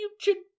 Future